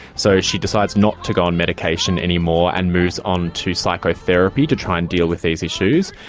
so she decides not to go on medication anymore and moves on to psychotherapy to try and deal with these issues,